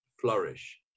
Flourish